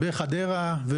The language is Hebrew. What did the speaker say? בחדרה.